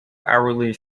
hourly